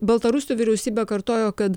baltarusių vyriausybė kartojo kad